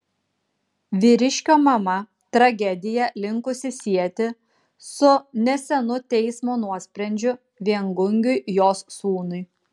vyriškio mama tragediją linkusi sieti su nesenu teismo nuosprendžiu viengungiui jos sūnui